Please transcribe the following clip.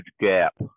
gap